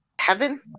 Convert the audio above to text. Heaven